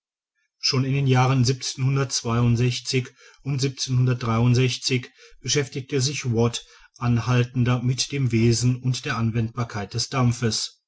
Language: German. schon in den jahren und beschäftigte sich watt anhaltender mit dem wesen und der anwendbarkeit des dampfes